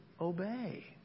obey